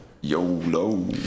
YOLO